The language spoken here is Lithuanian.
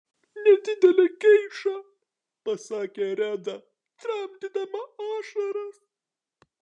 nedidelę geišą pasakė reda tramdydama ašaras